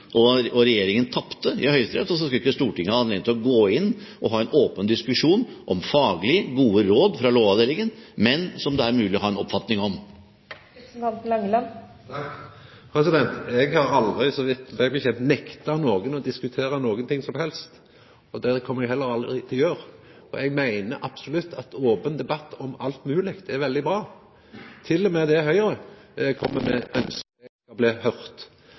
regjeringspartiene, og regjeringen tapte i Høyesterett, og så skulle ikke Stortinget ha anledning til å gå inn og ha en åpen diskusjon om faglig gode råd fra Lovavdelingen, men som det er mulig å ha en oppfatning om. Eg har aldri, så vidt eg veit, nekta nokon å diskutera noko som helst. Det kjem eg heller aldri til å gjera. Eg meiner absolutt at open debatt om alt mogleg er veldig bra. Til og med det Høgre kjem med,